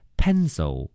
pencil